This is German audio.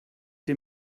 dem